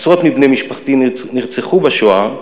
עשרות מבני משפחתי נרצחו בשואה,